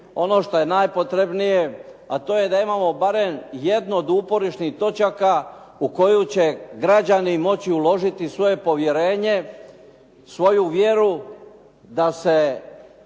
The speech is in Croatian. ono što je najpotrebnije, a to je da imao barem jedno od uporišnih točaka u koju će građani moći uložiti svoje povjerenje, svoju vjeru da se